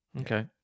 Okay